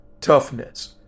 toughness